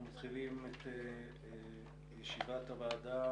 אנחנו מתחילים את ישיבת הוועדה,